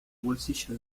bolsillo